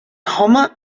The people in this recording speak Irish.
chuma